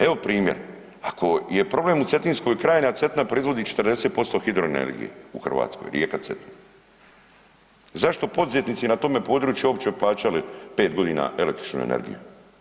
Evo primjer, ako je problem u Cetinskoj krajini, a Cetina proizvodi 40% hidroenergije u Hrvatskoj, rijeka Cetina, zašto poduzetnici na tome području uopće plaćali 5 godina električnu energiju?